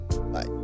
Bye